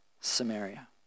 Samaria